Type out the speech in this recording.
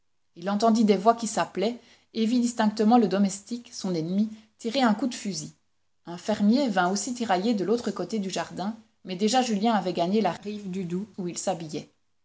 il entendit des voix qui s'appelaient et vit distinctement le domestique son ennemi tirer un coup de fusil un fermier vint aussi tirailler de l'autre côté du jardin mais déjà julien avait gagné la rive du doubs où il s'habillait